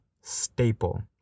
staple